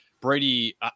Brady